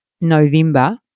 November